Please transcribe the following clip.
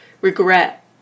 regret